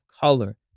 color